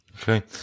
Okay